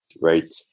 right